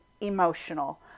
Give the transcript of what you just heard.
emotional